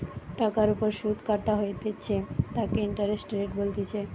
টাকার ওপর সুধ কাটা হইতেছে তাকে ইন্টারেস্ট রেট বলতিছে